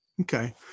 Okay